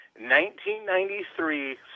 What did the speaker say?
1993